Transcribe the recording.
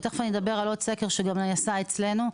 ותיכף אדבר על עוד סקר שגם נעשה אצלנו.